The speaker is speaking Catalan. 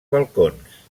balcons